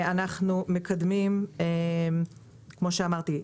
כפי שאמרתי,